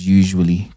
usually